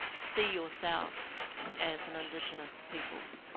see yourselves as an indigenous peoples.